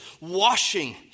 washing